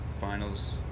finals